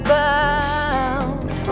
bound